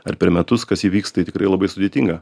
ar per metus kas įvyks tai tikrai labai sudėtinga